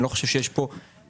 אני לא חושב שיש פה אפליה.